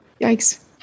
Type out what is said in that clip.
Yikes